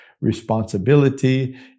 responsibility